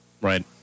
Right